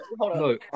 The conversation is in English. No